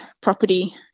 property